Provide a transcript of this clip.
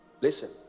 Listen